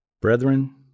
brethren